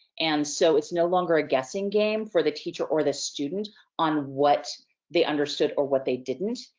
and so it's no longer a guessing game for the teacher or the student on what they understood or what they didn't,